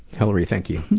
hilary, thank you.